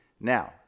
Now